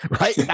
right